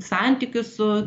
santykių su